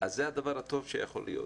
- זה הדבר הטוב שיכול להיות.